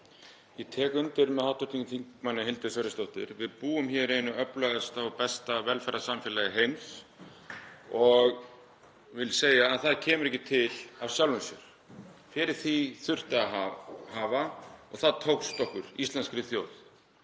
Ég tek undir með hv. þm. Hildi Sverrisdóttur, við búum hér í einu öflugasta og besta velferðarsamfélagi heims og ég vil segja að það kemur ekki til af sjálfu sér. Fyrir því þurfti að hafa og það tókst okkur, íslenskri þjóð,